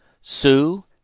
Sue